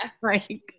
right